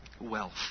wealth